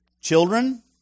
Children